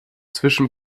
zwischen